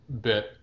bit